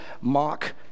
mock